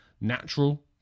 natural